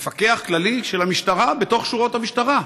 מפקח כללי של המשטרה, בתוך שורות המשטרה.